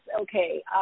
Okay